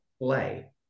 play